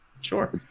Sure